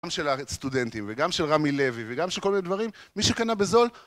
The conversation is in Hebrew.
גם של סטודנטים וגם של רמי לוי וגם של כל מיני דברים מי שקנה בזול